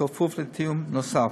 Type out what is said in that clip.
בכפוף לתיאום נוסף.